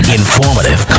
informative